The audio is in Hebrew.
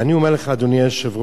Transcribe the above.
ואני אומר לך, אדוני היושב-ראש,